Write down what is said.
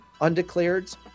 undeclareds